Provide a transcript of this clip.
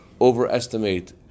overestimate